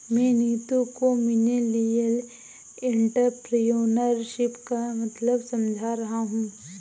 मैं नीतू को millennial entrepreneurship का मतलब समझा रहा हूं